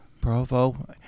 Provo